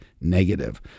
negative